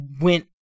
went